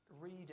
read